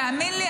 תאמין לי,